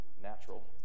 natural